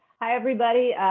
hi, everybody.